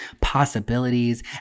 possibilities